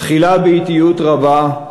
תחילה באטיות רבה,